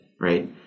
right